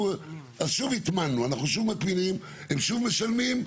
אז שוב הטמנו, אנחנו שוב מטמינים ושוב משלמים.